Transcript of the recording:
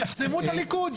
יחסמו את הליכוד.